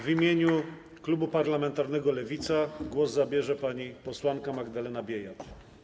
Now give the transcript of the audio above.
W imieniu klubu parlamentarnego Lewica głos zabierze pani posłanka Magdalena Biejat.